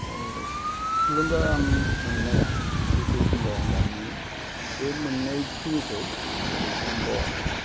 ओह थुलुंगा आं मोननाया जिहेतु होनबाय आं दानि बे मोननायखिनिखौ दोनैसिम आं बावाखै